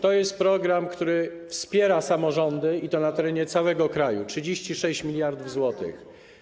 To jest program, który wspiera samorządy, i to na terenie całego kraju - 36 mld zł.